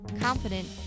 confident